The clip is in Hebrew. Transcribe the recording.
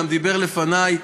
וגם דיבר לפניי,